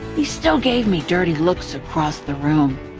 he still gave me dirty looks across the room.